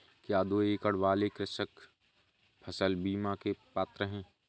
क्या दो एकड़ वाले कृषक फसल बीमा के पात्र हैं?